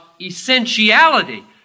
essentiality